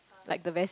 like the best